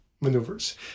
maneuvers